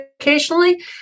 occasionally